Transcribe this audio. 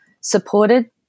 supported